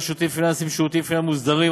שירותים פיננסיים (שירותים פיננסיים מוסדרים),